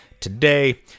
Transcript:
today